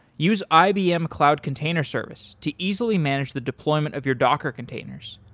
use ibm cloud container service to easily manage the deployment of your docker containers.